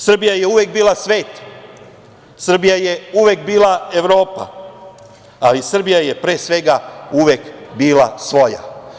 Srbija je uvek bila svet, Srbija je uvek bila Evropa ali Srbija je, pre svega, uvek bila svoja.